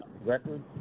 record